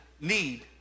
need